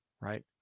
right